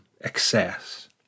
excess